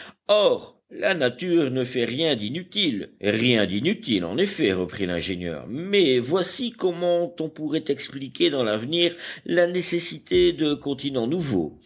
or la nature ne fait rien d'inutile rien d'inutile en effet reprit l'ingénieur mais voici comment on pourrait expliquer dans l'avenir la nécessité de continents nouveaux